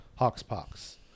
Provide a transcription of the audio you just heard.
hawkspox